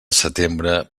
setembre